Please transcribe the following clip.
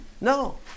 No